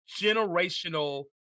generational